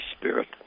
Spirit